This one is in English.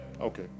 Okay